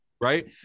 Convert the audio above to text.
Right